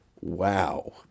wow